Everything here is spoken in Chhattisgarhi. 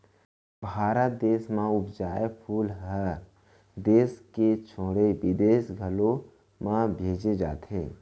भारत देस म उपजाए फूल हर देस के छोड़े बिदेस घलौ म भेजे जाथे